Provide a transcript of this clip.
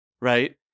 right